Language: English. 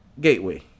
gateway